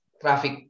traffic